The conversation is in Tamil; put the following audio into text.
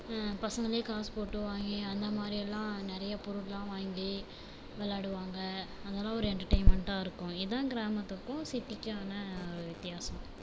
பசங்களே காசு போட்டு வாங்கி அந்த மாதிரி எல்லாம் நிறைய பொருளெலாம் வாங்கி விளாடுவாங்க அதெல்லாம் ஒரு என்டர்டைமண்ட்டாக இருக்கும் இதுதான் கிராமத்துக்கும் சிட்டிக்கும் ஆனால் ஒரு வித்தியாசம்